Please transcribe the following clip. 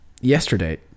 yesterday